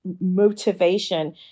motivation